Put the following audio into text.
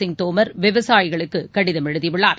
சிங் தோமர் விவசாயிகளுக்கு கடிதம் எழுதியுள்ளார்